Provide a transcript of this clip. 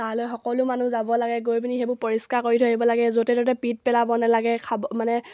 তালৈ সকলো মানুহ যাব লাগে গৈ পিনি সেইবোৰ পৰিষ্কাৰ কৰি থৈ আহিব লাগে য'তে ত'তে পিক পেলাব নালাগে খাব মানে